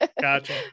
Gotcha